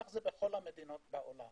כך זה בכל המדינות בעולם